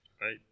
Right